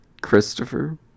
Christopher